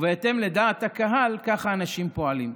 ובהתאם לדעת הקהל, כך האנשים פועלים.